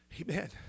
Amen